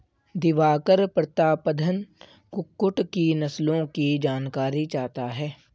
दिवाकर प्रतापधन कुक्कुट की नस्लों की जानकारी चाहता है